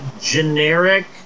generic